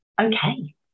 okay